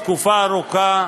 תקופה ארוכה,